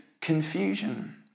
confusion